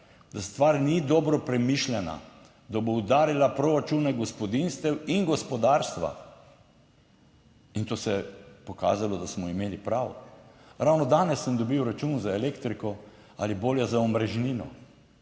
da stvar ni dobro premišljena, da bo udarila proračune gospodinjstev in gospodarstva, in to se je pokazalo, da smo imeli prav. Ravno danes sem dobil račun za elektriko ali bolje za omrežnino,